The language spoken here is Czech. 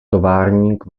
továrník